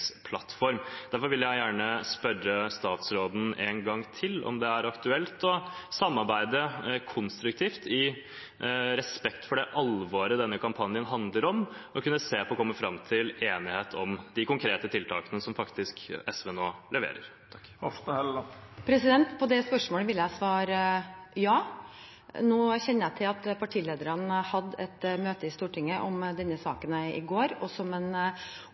Derfor vil jeg gjerne spørre statsråden en gang til om det er aktuelt å samarbeide konstruktivt i respekt for det alvoret denne kampanjen handler om, og å kunne se på om en kan komme fram til enighet om de konkrete tiltakene som SV nå leverer. På det spørsmålet vil jeg svare ja. Nå kjenner jeg til at partilederne hadde et møte i Stortinget om denne saken i går, og som en